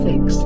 Fix